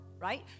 right